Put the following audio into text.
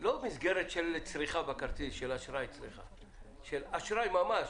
לא מסגרת של צריכה בכרטיס האשראי אלא אשראי ממש,